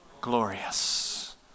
glorious